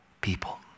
people